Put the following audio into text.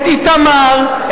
את איתמר,